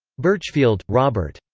burchfield, robert.